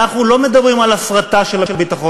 אנחנו לא מדברים על הפרטה של הביטחון.